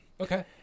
Okay